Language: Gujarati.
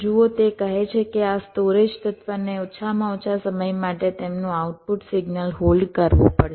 જુઓ તે કહે છે કે આ સ્ટોરેજ તત્વને ઓછામાં ઓછા સમય માટે તેમનું આઉટપુટ સિગ્નલ હોલ્ડ કરવું પડશે